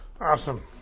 awesome